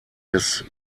des